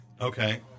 Okay